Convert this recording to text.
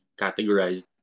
categorized